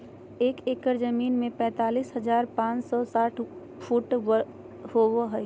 एक एकड़ जमीन में तैंतालीस हजार पांच सौ साठ वर्ग फुट होबो हइ